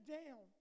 down